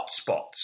hotspots